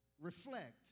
reflect